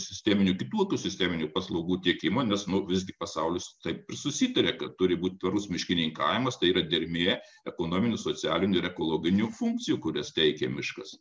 sisteminių kitokių sisteminių paslaugų tiekimą nes nu vis gi pasaulis taip ir susitaria kad turi būti tvarus miškininkavimas tai yra dermė ekonominių socialinių ir ekologinių funkcijų kurias teikia miškas